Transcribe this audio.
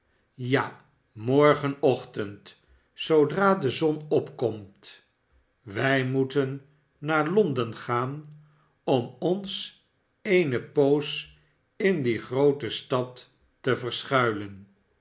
ja morgenochtend zoodra de zon opkomt wij moeten naar londen gaan om ons eene poos in die groote stad te verschuilen